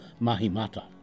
Mahimata